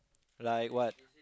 like what